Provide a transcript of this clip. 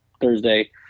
Thursday